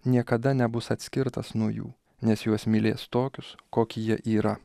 niekada nebus atskirtas nuo jų nes juos mylės tokius koki jie yra